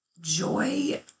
joy